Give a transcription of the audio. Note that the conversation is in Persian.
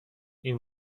این